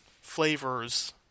flavors